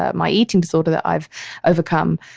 ah my eating disorder that i've overcome,